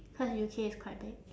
cause U_K is quite big